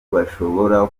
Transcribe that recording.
bashobora